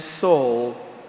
soul